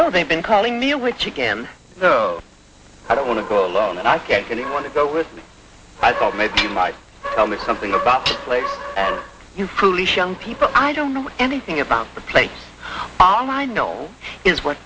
so they've been calling me a witch again though i don't want to go alone and i can't and you want to go with me i thought maybe you might tell me something about the place you foolish young people i don't know anything about the place all i know is what